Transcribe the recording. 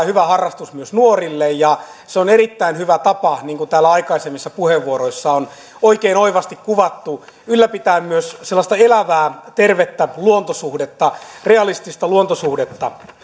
hyvä harrastus myös nuorille ja se on erittäin hyvä tapa niin kuin täällä aikaisemmissa puheenvuoroissa on oikein oivasti kuvattu ylläpitää myös sellaista elävää tervettä luontosuhdetta realistista luontosuhdetta